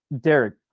Derek